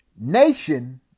Nation